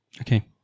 Okay